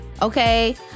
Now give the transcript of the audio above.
Okay